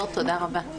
טוהר, תודה רבה.